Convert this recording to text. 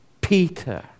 Peter